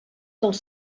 dels